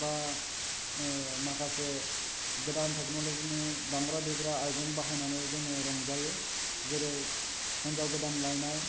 बा माखासे गोदान टेक्न'ल'जिनि दामग्रा देग्रा आयजें बाहायनानै जोङो रंजायो जेरै हिन्जाव गोदान लायनाय